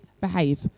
behave